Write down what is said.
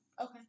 Okay